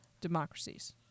democracies